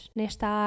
nesta